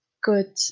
good